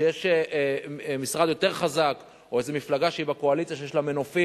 וכשיש משרד יותר חזק או איזה מפלגה שהיא בקואליציה שיש לה מנופים,